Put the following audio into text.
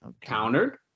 countered